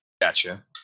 Gotcha